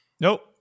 Nope